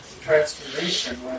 transformation